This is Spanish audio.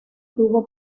tuvo